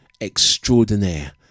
extraordinaire